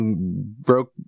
broke